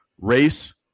Race